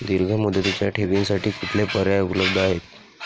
दीर्घ मुदतीच्या ठेवींसाठी कुठले पर्याय उपलब्ध आहेत?